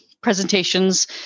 presentations